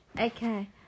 Okay